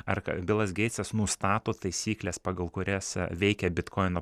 ar kad bilas geitsas nustato taisykles pagal kurias veikia bitkoino